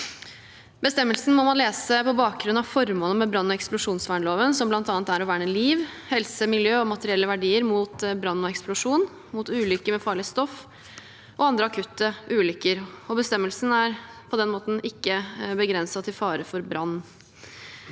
Bestemmelsen må man lese på bakgrunn av formålet med brann- og eksplosjonsvernloven, som bl.a. er å verne liv, helse, miljø og materielle verdier mot brann og eksplosjon, mot ulykker med farlig stoff og andre akutte ulykker. Bestemmelsen er på den måten ikke begrenset til fare for brann.